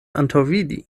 antaŭvidi